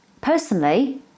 personally